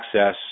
access